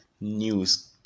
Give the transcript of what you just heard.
news